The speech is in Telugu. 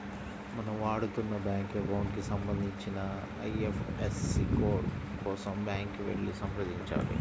మనం వాడుతున్న బ్యాంకు అకౌంట్ కి సంబంధించిన ఐ.ఎఫ్.ఎస్.సి కోడ్ కోసం బ్యాంకుకి వెళ్లి సంప్రదించాలి